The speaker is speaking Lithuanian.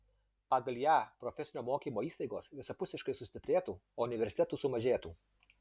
pagal ją profesinio mokymo įstaigos visapusiškai sustiprėtų o universitetų sumažėtų